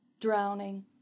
drowning